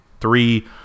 three